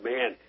Man